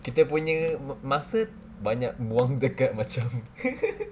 kita punya masa banyak buang dekat macam